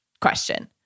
question